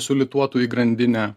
sulituotų į grandinę